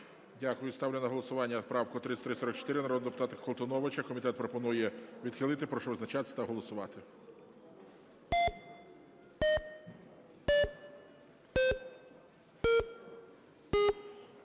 Дякую. Я ставлю на голосування правку 3348 народного депутата Волошина. Комітет пропонує відхилити. Прошу визначатись та голосувати.